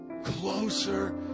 closer